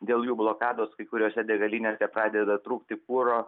dėl jų blokados kai kuriose degalinėse pradeda trūkti kuro